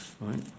right